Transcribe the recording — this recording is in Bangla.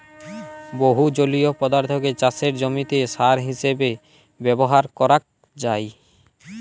বহু জলীয় পদার্থকে চাসের জমিতে সার হিসেবে ব্যবহার করাক যায়